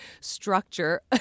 structure